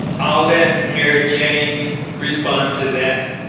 i'll let mary jane respond to that.